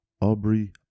Aubrey